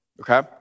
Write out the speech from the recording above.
okay